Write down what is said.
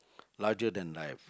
larger than life